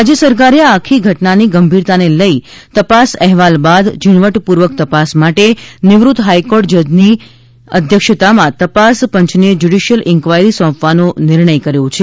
રાજ્ય સરકારે આ આખી ઘટનાની ગંભીરતાને લઈ તપાસ અહેવાલ બાદ ઝીણવટપૂર્વક તપાસ માટે નિવૃત્ત હાઈકોર્ટ જ્જની અધ્યક્ષતામાં તપાસ પંચને જ્યુડિશિયલ ઇન્કવાયરી સોંપવાનો નિર્ણય કર્યો છે